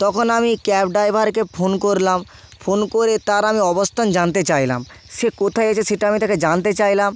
তখন আমি ক্যাব ডাইভারকে ফোন করলাম ফোন করে তার আমি অবস্থান জানতে চাইলাম সে কোথায় আছে সেটা আমি তাকে জানতে চাইলাম